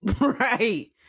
right